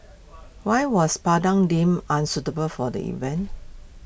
why was Padang deemed unsuitable for the event